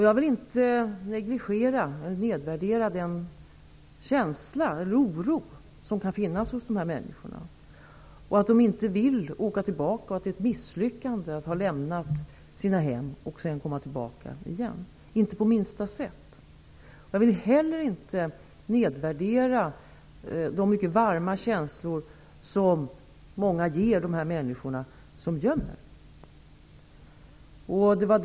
Jag vill inte negligera eller nedvärdera den oro som kan finnas hos dessa människor eller det faktum att de inte vill åka tillbaka därför att det är ett misslyckande att ha lämnat sina hem och sedan komma tillbaka igen -- inte på minsta sätt. Jag vill heller inte nedvärdera de mycket varma känslor som många av de människor som gömmer flyktingar känner.